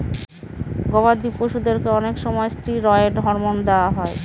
গবাদি পশুদেরকে অনেক সময় ষ্টিরয়েড হরমোন দেওয়া হয়